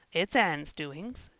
it's anne's doings,